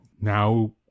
now